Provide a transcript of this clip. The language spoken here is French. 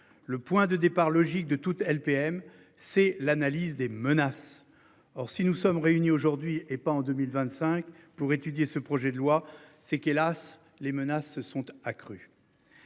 Le point de départ logique de toute LPM. C'est l'analyse des menaces. Or si nous sommes réunis aujourd'hui et pas en 2025 pour étudier ce projet de loi c'est qu'hélas les menaces se sont accrues.